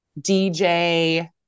DJ